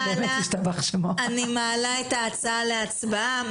אני מעלה את ההצעה להצבעה.